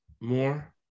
more